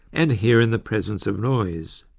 and hear in the presence of noise.